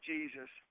Jesus